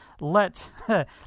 let